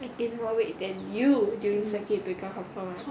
I gain more weight than you during circuit breaker confirm [one]